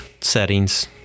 settings